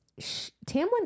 Tamlin